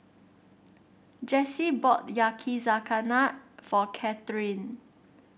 Jessy bought Yakizakana for Katherin